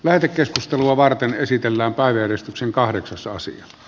lähetekeskustelua varten esitellään taideyhdistyksen kahdeksasosia